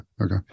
Okay